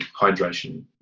hydration